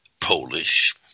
Polish